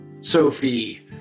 Sophie